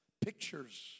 pictures